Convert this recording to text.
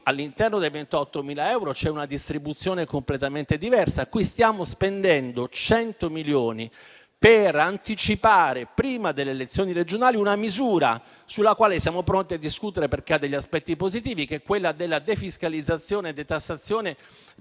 All'interno dei 28.000 euro c'è inoltre una distribuzione completamente diversa. Qui stiamo spendendo 100 milioni per anticipare, prima delle elezioni regionali, una misura sulla quale siamo pronti a discutere perché ha degli aspetti positivi: mi riferisco alla defiscalizzazione e detassazione delle